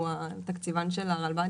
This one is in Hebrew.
הוא התקציבן של הרלב"ד.